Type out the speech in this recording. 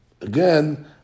Again